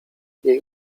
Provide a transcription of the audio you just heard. jej